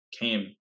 came